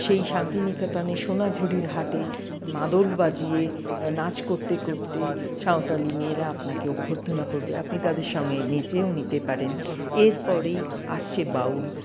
সেই শান্তিনিকেতনে সোনাঝুরির হাটে মাদল বাজিয়ে নাচ করতে করতে সাঁওতালি মেয়েরা আপনাকে অভ্যর্থনা করবে আপনি তাদের সঙ্গে নেচেও নিতে পারেন এরপরেই আসছে বাউল